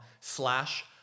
slash